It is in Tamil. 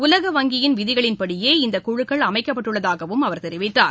உலக வங்கியின் விதிகளின் படியே இந்த குழுக்கள் அமைக்கப்பட்டுள்ளதாகவும் அவர் தெரிவித்தார்